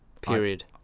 Period